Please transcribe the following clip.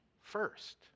first